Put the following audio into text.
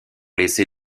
laissé